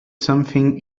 something